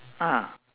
ah